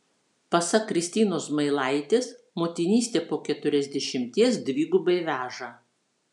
pasak kristinos zmailaitės motinystė po keturiasdešimties dvigubai veža